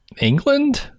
england